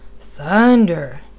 Thunder